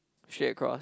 straight across